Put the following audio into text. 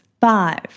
Five